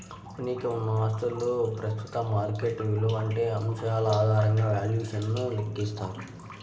కంపెనీకి ఉన్న ఆస్తుల ప్రస్తుత మార్కెట్ విలువ వంటి అంశాల ఆధారంగా వాల్యుయేషన్ ను లెక్కిస్తారు